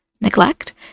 Neglect